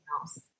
else